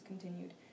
continued